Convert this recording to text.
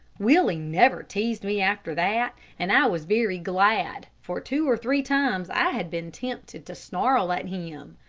willie never teased me after that, and i was very glad, for two or three times i had been tempted to snarl at him.